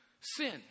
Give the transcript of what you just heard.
Sin